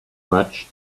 much